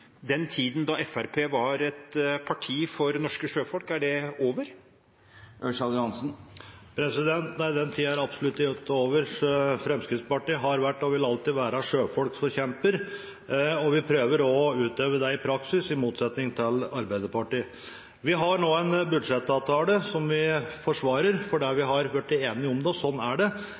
den tiden da Fremskrittspartiet var et parti for norske sjøfolk, er over? Nei, den tiden er absolutt ikke over. Fremskrittspartiet har vært og vil alltid være sjøfolkforkjempere, og vi prøver også å utøve det i praksis, i motsetning til Arbeiderpartiet. Vi har nå en budsjettavtale som vi forsvarer, fordi vi har blitt enige om det, og sånn er det.